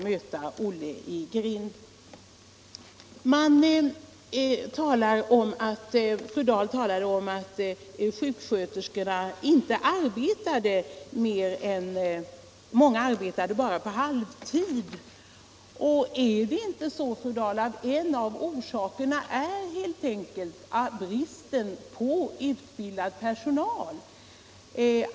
Fru Dahl talade om att många sjuksköterskor bara arbetar på halvtid. Är inte en av orsakerna till detta helt enkelt bristen på utbildad personal?